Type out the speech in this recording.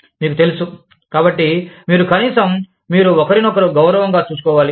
మీకు తెలుసు కాబట్టి మీరు కనీసం మీరు ఒకరినొకరు గౌరవంగా చూసుకోవాలి